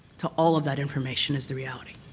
to all of that information is the reality.